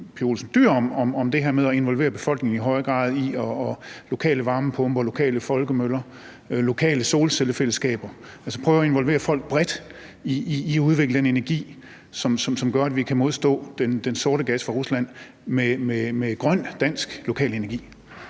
Pia Olsen Dyhr om det her med at involvere befolkningen i højere grad i lokale varmepumper, lokale folkemøller, lokale solcellefællesskaber – altså at prøve at involvere folk bredt i udvikling af energi, som gør, at vi kan modstå den sorte gas fra Rusland med grøn dansk lokal energi?